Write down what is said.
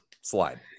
slide